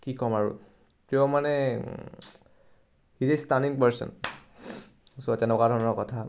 কি ক'ম আৰু তেওঁ মানে she is a stunning person so তেনেকুৱা ধৰণৰ কথা